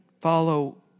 follow